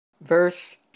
Verse